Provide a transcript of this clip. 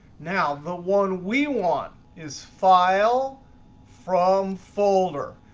now the one we want is file from folder.